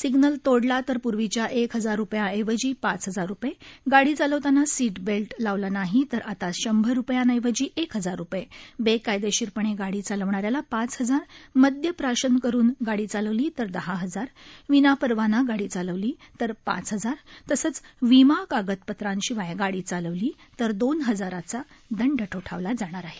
signal तोडला तर पूर्वीच्या एक हजार रुपयांऐवजी पाच हजार रुपये गाडी चालवताना सीटबेल्ट लावला नाही तर आता शंभर रुपयांऐवजी एक हजार रुपये बेकायदेशीरपणे गाडी चालवणा याला पाच हजार मदयप्राशन करून गाडी चालवली तर दहा हजार विनापरवाना गाडी चालवली तर पाच हजार तसंच विमा कागदपत्रांशिवाय गाडी चालवली तर दोन हजाराचा दंड ठोठावला जाणार आहे